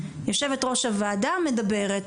יושבת ראש הוועדה מדברת.